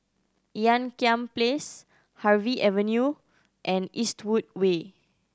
Ean Kiam Place Harvey Avenue and Eastwood Way